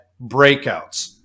breakouts